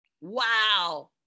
wow